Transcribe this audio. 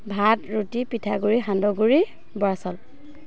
ভাত ৰুটি পিঠাগুড়ি সান্দহগুড়ি বৰা চাউল